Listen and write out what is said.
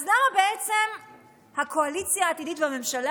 אז למה בעצם הקואליציה העתידית והממשלה